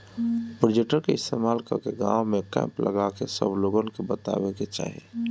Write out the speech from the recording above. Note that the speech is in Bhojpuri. प्रोजेक्टर के इस्तेमाल कके गाँव में कैंप लगा के सब लोगन के बतावे के चाहीं